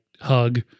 hug